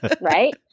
Right